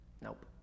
Nope